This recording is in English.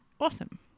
awesome